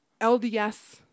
LDS